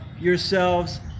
yourselves